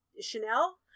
Chanel